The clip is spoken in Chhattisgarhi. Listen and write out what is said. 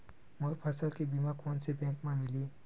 मोर फसल के बीमा कोन से बैंक म मिलही?